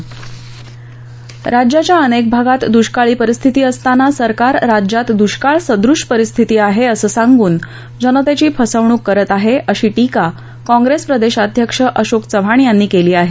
राज्याच्या अनेक भागात दुष्काळी परिस्थिती असताना सरकार राज्यात दुष्काळसदृश परिस्थिती आहे असं सांगून जनतेची फसवणूक करत आहे अशी टीका काँप्रेस प्रदेशाध्यक्ष अशोक चव्हाण यांनी केली आहे